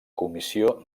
comissió